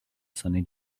sunny